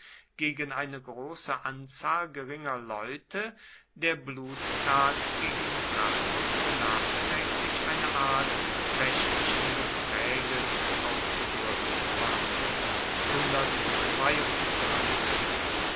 gegen eine große anzahl geringer leute der bluttat gegen gracchus nachträglich eine art rechtlichen gepräges aufgedrückt ward